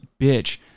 bitch